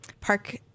park